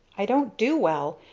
i don't do well,